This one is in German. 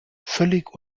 völlig